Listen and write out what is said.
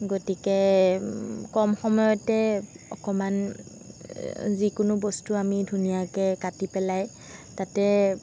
গতিকে কম সময়তে অকণমান যিকোনো বস্তু আমি ধুনীয়াকৈ কাটি পেলাই তাতে